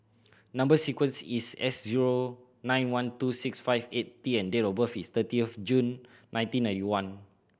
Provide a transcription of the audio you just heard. number sequence is S zero nine one two six five eight T and date of birth is thirty of June nineteen ninety one